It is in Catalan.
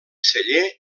celler